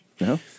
No